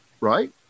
right